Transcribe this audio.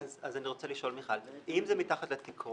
אז אני לא יודע --- אבל אתם מדברים על כרטיסי אשראי,